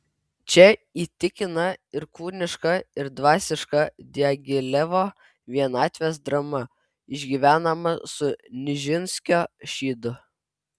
čia įtikina ir kūniška ir dvasiška diagilevo vienatvės drama išgyvenama su nižinskio šydu